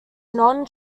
non